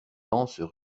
danses